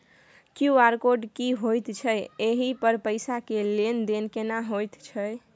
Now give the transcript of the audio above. QR code की होयत छै एहि पर पैसा के लेन देन केना होयत छै?